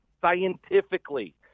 scientifically